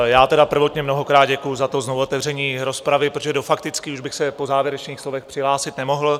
Já tedy prvotně mnohokrát děkuji za to znovuotevření rozpravy, protože do faktických už bych se po závěrečných slovech přihlásit nemohl.